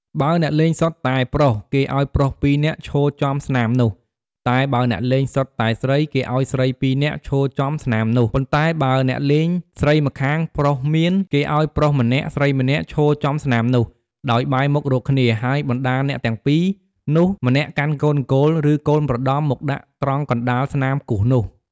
បើអ្នករលេងសុទ្ធតែប្រុស គេឲ្យប្រុស ២ នាក់ ឈរចំស្នាមនោះ តែបើអ្នកលេងសុទ្ធតែស្រី គេឲ្យស្រី ២ នាក់ឈរចំស្លាមនោះ ប៉ន្តែបើអ្នកលេងស្រីម្ខាងប្រុសមាន គេឲ្យប្រុសម្នាក់ស្រីម្នាក់ឈរចំស្នាមនោះ ដោយបែរមុខរកគ្នា ហើយបណ្តាអ្នកទាំង ២ នោះ ម្នាក់កាន់កូនគោល ឬកូនប្រដំមកដាក់ត្រង់កណ្តាលស្នាមគូសនោះ។